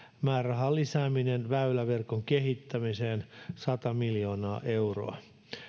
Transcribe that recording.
määrärahan lisääminen väyläverkon kehittämiseen sata miljoonaa euroa